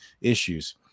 issues